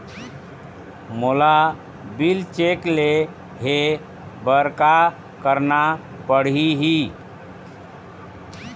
मोला bill check ले हे बर का करना पड़ही ही?